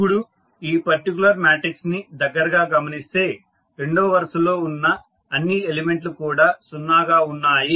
ఇప్పుడు ఈ particular matrix ని దగ్గరగా గమనిస్తే రెండవ వరుసలో ఉన్న అన్ని ఎలిమెంట్ లు కూడా 0 గా ఉన్నాయి